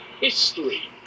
history